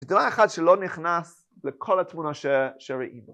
זה דבר אחד שלא נכנס לכל התמונה שראינו.